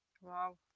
Wow